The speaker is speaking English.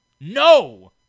No